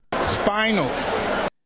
Spinal